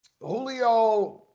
Julio